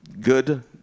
Good